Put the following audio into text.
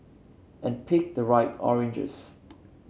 and pick the right oranges